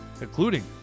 including